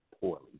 poorly